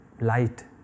light